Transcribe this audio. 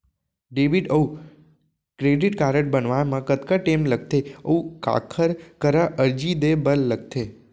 Debit अऊ credit card बनवाए मा कतका टेम लगथे, अऊ काखर करा अर्जी दे बर लगथे?